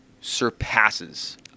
surpasses